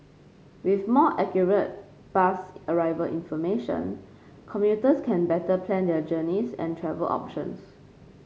with more accurate bus arrival information commuters can better plan their journeys and travel options